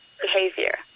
behavior